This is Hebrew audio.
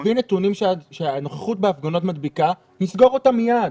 תביא נתונים שהנוכחות בהפגנות מדביקה נסגור אותן מיד.